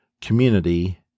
community